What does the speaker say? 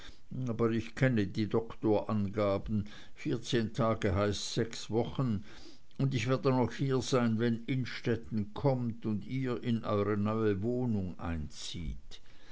aber ich kenne die doktorangaben vierzehn tage heißt sechs wochen und ich werde noch hier sein wenn innstetten kommt und ihr in eure neue wohnung einzieht